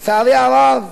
לצערי הרב,